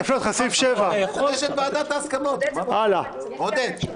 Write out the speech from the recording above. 7. עודד,